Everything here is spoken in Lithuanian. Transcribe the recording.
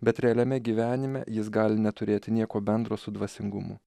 bet realiame gyvenime jis gali neturėti nieko bendro su dvasingumu